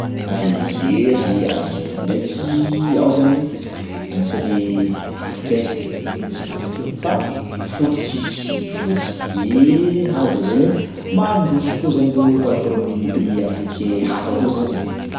Algérie, Algérie ndraiky ao zany anisan'ny africain zio, nao zany miresaka africain fa fotsy izy fotsy de mahazo lazaina hoe mandroso koa zany reo par rapport amin'ny pays africain hafa koa zany e.